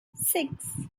six